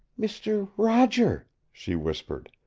mister roger she whispered.